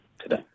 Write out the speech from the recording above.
today